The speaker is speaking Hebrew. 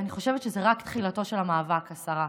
אני חושבת שזה רק תחילתו של המאבק, השרה.